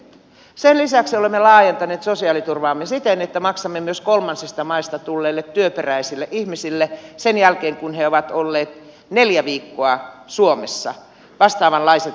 sen lisäksi olemme laajentaneet sosiaaliturvaamme siten että maksamme myös kolmansista maista tulleille työperäisille ihmisille sen jälkeen kun he ovat olleet neljä viikkoa suomessa vastaavanlaiset sosiaaliturvat